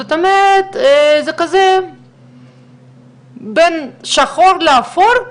זאת אומרת זה כזה בין שחור לאפור,